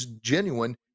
genuine